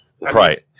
Right